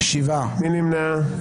מי נמנע?